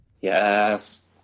Yes